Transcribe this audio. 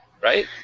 right